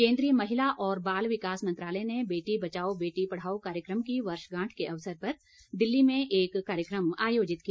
केन्द्रीय महिला और बाल विकास मंत्रालय ने बेटी बचाओ बेटी पढ़ाओ कार्यक्रम की वर्षगांठ के अवसर पर दिल्ली में एक कार्यक्रम आयोजित किया